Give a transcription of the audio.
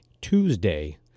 Tuesday